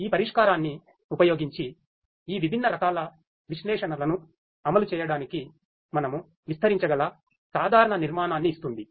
కానీ ఈ పరిష్కారాన్ని ఉపయోగించి ఈ విభిన్న రకాల విశ్లేషణలను అమలు చేయడానికి మనము విస్తరించగల సాధారణ నిర్మాణాన్ని ఇస్తుంది